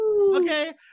okay